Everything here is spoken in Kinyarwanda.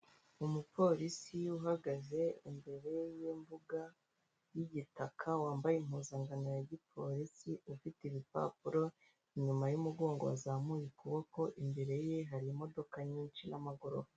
Umupolisi uhagaze imbere y’imbuga y’igitaka, wambaye impuzankano ya gipolisi. Ufite ibipapuro inyuma y’umugongo, wazamuye ukuboko imbere ye. Hari imodoka nyinshi n’amagorofa